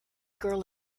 girl